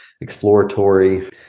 exploratory